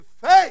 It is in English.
faith